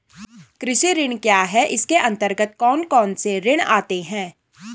कृषि ऋण क्या है इसके अन्तर्गत कौन कौनसे ऋण आते हैं?